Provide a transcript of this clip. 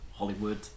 Hollywood